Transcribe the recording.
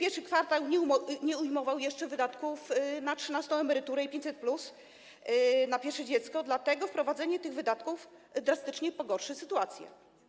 I kwartał nie obejmował jeszcze wydatków na 13. emeryturę i 500+ na pierwsze dziecko, dlatego wprowadzenie tych wydatków drastycznie pogorszy sytuację.